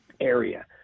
area